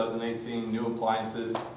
and eighteen, new appliances.